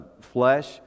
flesh